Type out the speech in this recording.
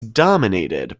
dominated